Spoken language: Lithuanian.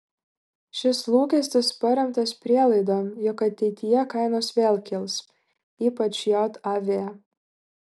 šis lūkestis paremtas prielaida jog ateityje kainos vėl kils ypač jav